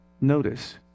Notice